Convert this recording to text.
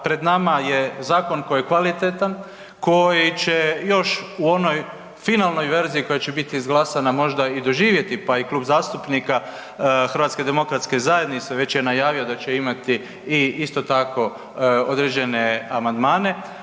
pred nama je zakon koji je kvalitetan, koji će još u onoj finalnoj verziji koja će biti izglasana, možda i doživjeti pa i Klub zastupnika HDZ-a već je najavio da će imati i isto tako određene amandmane